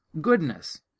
goodness